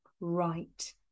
right